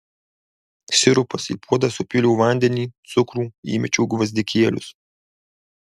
sirupas į puodą supyliau vandenį cukrų įmečiau gvazdikėlius